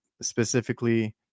specifically